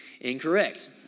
incorrect